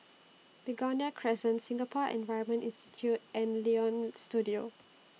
Begonia Crescent Singapore Environment Institute and Leonie Studio